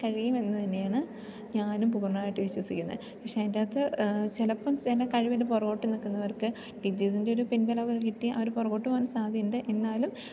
കഴിയുമെന്നു തന്നെയാണ് ഞാനും പൂർണ്ണമായിട്ട് വിശ്വസിക്കുന്നത് പക്ഷെ അതിൻ്റകത്ത് ചിലപ്പം ചില കഴിവിന് പുറകോട്ട് നിൽക്കുന്നവർക്ക് ടീച്ചേഴ്സിൻ്റെ ഒരു പിൻബലം കിട്ടി അവർ പുറകോട്ട് പോകാൻ സാധ്യതയുണ്ട് എന്നാലും